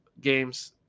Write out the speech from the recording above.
games